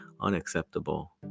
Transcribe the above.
unacceptable